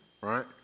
Right